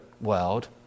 world